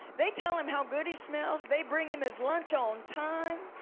they tell him how good he smells. they bring him his lunch on time.